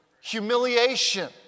humiliation